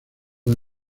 del